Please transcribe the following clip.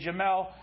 Jamel